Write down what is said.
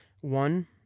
One